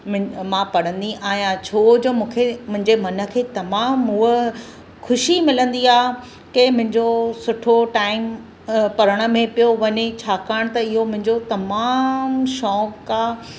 मां पढ़ंदी आहियां छोजो मूंखे मुंहिंजे मन खे तमाम उहा ख़ुशी मिलंदी आहे की मुंहिंजो सुठो टाइम पढण में पियो वञे छाकाणि त इहो मुंहिंजो तमाम शौक़ु आहे